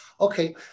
okay